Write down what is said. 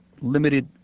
limited